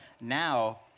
Now